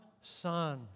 Son